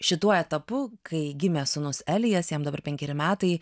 šituo etapu kai gimė sūnus elijas jam dabar penkeri metai